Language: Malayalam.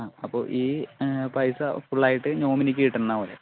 ആ അപ്പോൾ ഈ പൈസ ഫുൾ ആയിട്ട് നോമിനിക്ക് കിട്ടുന്ന പോലെ